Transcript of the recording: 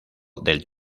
del